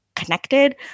connected